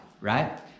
right